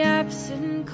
absent